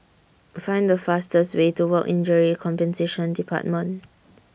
Find The fastest Way to Work Injury Compensation department